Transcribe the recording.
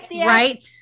right